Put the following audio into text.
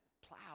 plow